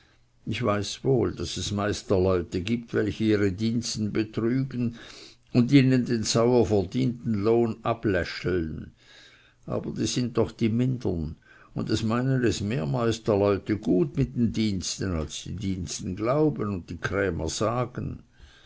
ich weiß wohl daß es meisterleute gibt welche ihre diensten betrügen und ihnen den sauer verdienten lohn abläschlen aber die sind doch die mindern und es meinen es mehr meisterleute gut mit den diensten als die diensten glauben und die krämer sagen